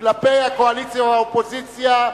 כלפי הקואליציה או האופוזיציה,